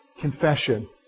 confession